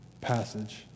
passage